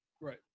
Right